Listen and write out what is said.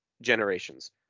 generations